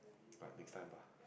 but next time bah